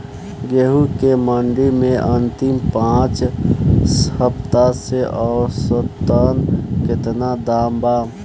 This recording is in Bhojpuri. गेंहू के मंडी मे अंतिम पाँच हफ्ता से औसतन केतना दाम बा?